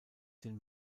den